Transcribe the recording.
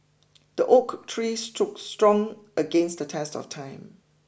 the oak tree stood strong against the test of time